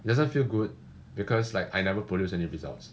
it doesn't feel good because like I never produce any results